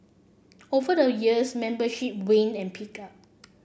over the years membership waned and picked up